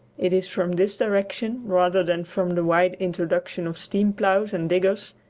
it is from this direction, rather than from the wide introduction of steam-ploughs and diggers,